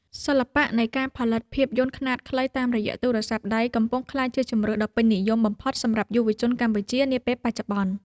សិល្បៈនៃការផលិតភាពយន្តខ្នាតខ្លីតាមរយៈទូរស័ព្ទដៃកំពុងក្លាយជាជម្រើសដ៏ពេញនិយមបំផុតសម្រាប់យុវជនកម្ពុជានាពេលបច្ចុប្បន្ន។